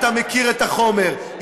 אתה מכיר את החומר,